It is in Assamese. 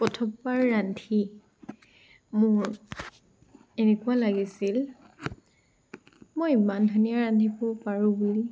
প্ৰথমবাৰ ৰান্ধি মোৰ এনেকুৱা লাগিছিল মই ইমান ধুনীয়া ৰান্ধিব পাৰো বুলি